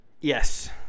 Yes